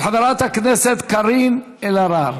של חברת הכנסת קארין אלהרר.